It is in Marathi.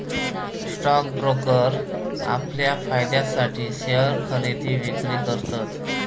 स्टॉक ब्रोकर आपल्या फायद्यासाठी शेयर खरेदी विक्री करतत